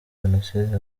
jenoside